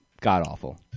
God-awful